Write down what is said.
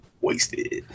Wasted